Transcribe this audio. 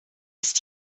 ist